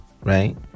right